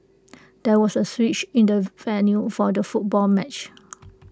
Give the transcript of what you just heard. there was A switch in the venue for the football match